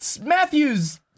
Matthews